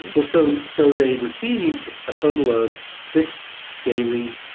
but so so they received a total of six daily,